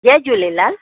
Jay Jhulelal